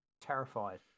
terrified